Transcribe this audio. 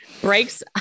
breaks